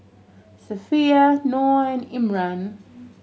Safiya Noah and Imran